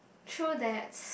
true that